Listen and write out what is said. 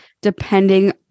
depending